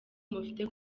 mufite